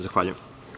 Zahvaljujem.